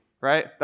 right